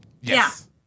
Yes